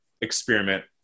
experiment